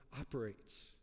operates